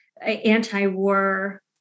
anti-war